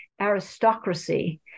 aristocracy